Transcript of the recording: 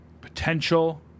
potential